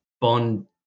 bond